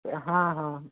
हाँ हाँ